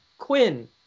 Quinn